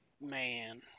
man